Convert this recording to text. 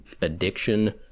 addiction